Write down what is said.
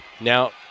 Now